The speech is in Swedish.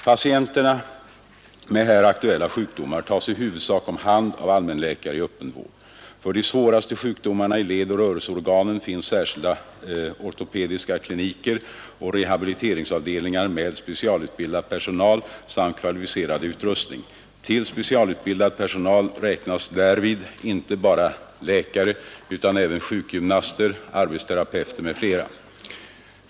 Patienter med här aktuella sjukdomar tas i huvudsak om hand av allmänläkare i öppen vård. För de svåraste sjukdomarna i ledoch rörelseorganen finns särskilda ortopediska kliniker och rehabiliterings avdelningar med specialutbildad personal samt kvalificerad utrustning. Till specialutbildad personal räknas därvid inte bara läkare utan även sjukgymnaster, arbetsterapeuter m.fl.